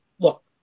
look